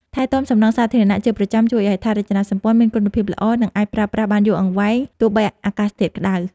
ថែទាំសំណង់សាធារណៈជាប្រចាំជួយឱ្យហេដ្ឋារចនាសម្ព័ន្ធមានគុណភាពល្អ និង អាចប្រើប្រាស់បានយូរអង្វែងទោះបីអាកាសធាតុក្ដៅ។